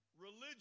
religion